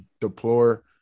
deplore